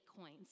coins